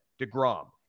DeGrom